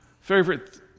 favorite